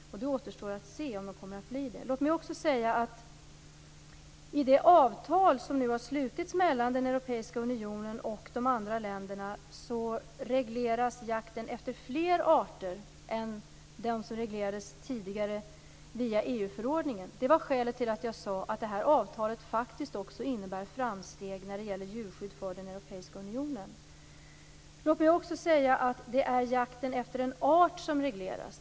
Det återstår att se om de blir det. I det avtal som nu har slutits mellan Europeiska unionen och de andra länderna regleras jakten för fler arter jämfört med tidigare reglering via EU förordningen. Det är skälet till att jag sade att det här avtalet faktiskt också innebär framsteg för Europeiska unionen när det gäller djurskydd. Jakten regleras efter arten.